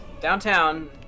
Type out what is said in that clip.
Downtown